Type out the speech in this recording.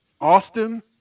Austin